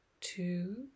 two